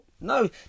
no